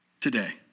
today